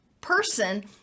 person